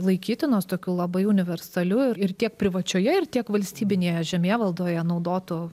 laikytinos tokiu labai universaliu ir tiek privačioje ir tiek valstybinėje žemėvaldoje naudotu